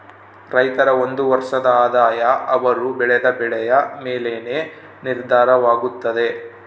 ರೈತರ ಒಂದು ವರ್ಷದ ಆದಾಯ ಅವರು ಬೆಳೆದ ಬೆಳೆಯ ಮೇಲೆನೇ ನಿರ್ಧಾರವಾಗುತ್ತದೆ